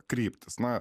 kryptys na